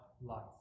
life